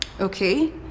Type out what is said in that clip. okay